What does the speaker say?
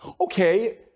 Okay